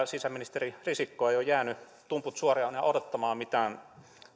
sisäministeri risikko eivät ole jääneet tumput suorina odottamaan mitään